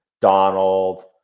donald